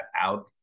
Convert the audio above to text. out